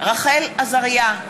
רחל עזריה,